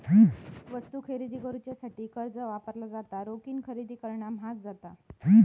वस्तू खरेदी करुच्यासाठी कर्ज वापरला जाता, रोखीन खरेदी करणा म्हाग जाता